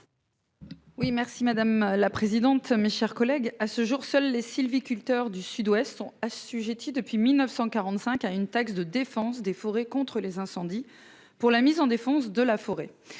merci madame la présidente, mes chers collègues, à ce jour, seuls les sylviculteurs du Sud-Ouest sont assujetties depuis 1945 à une taxe de défense des forêts contre les incendies. Pour la mise en défense de la forêt.